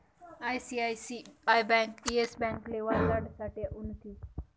ICICI bank Yes ब्यांकले वाचाडासाठे उनथी